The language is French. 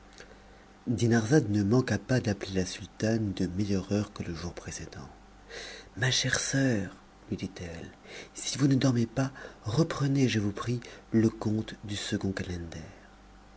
nuit dinarzade ne manqua pas d'appeler la sultane de meilleure heure que le jour précédent ma chère soeur lui dit-elle si vous ne dormez pas reprenez je vous prie le conte du second calender